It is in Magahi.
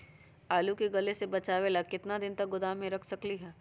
आलू के गले से बचाबे ला कितना दिन तक गोदाम में रख सकली ह?